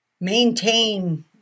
maintain